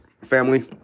family